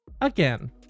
again